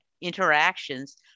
interactions